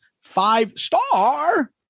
five-star